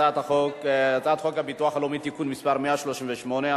חוק הביטוח הלאומי (תיקון מס' 138),